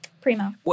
Primo